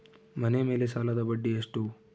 ಮನೆ ಮೇಲೆ ಸಾಲದ ಬಡ್ಡಿ ಎಷ್ಟು?